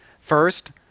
first